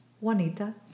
Juanita